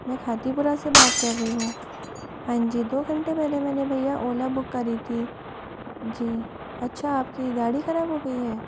मैं खातीपूरा से बात कर रही हूँ हाँ जी दो घंटे पहले मैं ने भैया ओला बुक करी थी जी अच्छा आप की गाड़ी खराब हो गई है